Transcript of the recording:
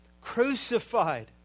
crucified